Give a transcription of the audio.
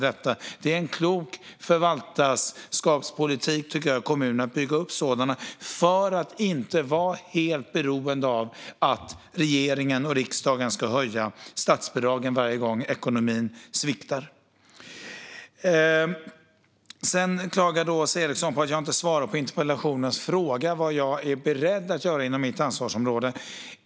Det är en klok förvaltarskapspolitik av kommunerna att bygga upp sådana för att inte vara helt beroende av att regering och riksdag höjer statsbidragen varje gång ekonomin sviktar. Åsa Eriksson klagade på att jag inte svarade på frågan i interpellationen om vad jag är beredd att göra inom mitt ansvarsområde.